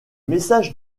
messages